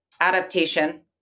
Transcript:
adaptation